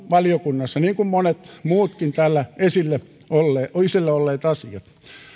valiokunnassa niin kuin monet muutkin täällä esillä olleet asiat